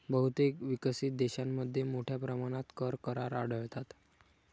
बहुतेक विकसित देशांमध्ये मोठ्या प्रमाणात कर करार आढळतात